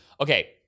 okay